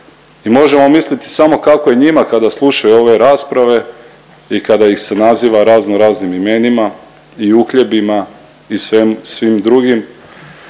I možemo misliti samo kako je njima kada slušaju ove rasprave i kada ih se naziva raznoraznim imenima i uhljebima i svim drugim.